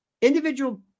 Individual